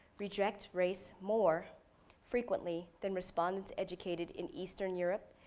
reject race more frequently than respondants educated in eastern europe.